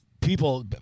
people